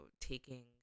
taking